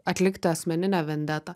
atlikti asmeninę vendetą